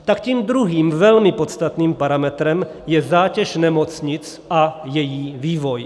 Tak tím druhým, velmi podstatným parametrem je zátěž nemocnic a její vývoj.